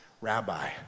rabbi